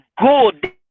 good